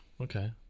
Okay